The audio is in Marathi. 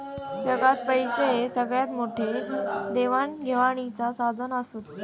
जगात पैशे हे सगळ्यात मोठे देवाण घेवाणीचा साधन आसत